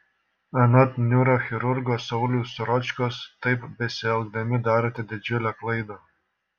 anot neurochirurgo sauliaus ročkos taip besielgdami darote didžiulę klaidą